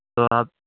تو آپ